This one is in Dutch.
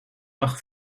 acht